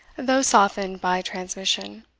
though softened by transmission.